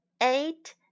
eight